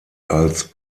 als